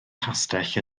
castell